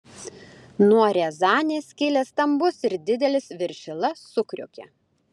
nuo riazanės kilęs stambus ir didelis viršila sukriokė